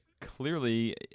clearly